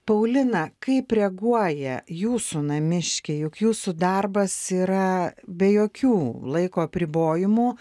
paulina kaip reaguoja jūsų namiškiai juk jūsų darbas yra be jokių laiko apribojimų